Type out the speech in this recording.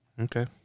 Okay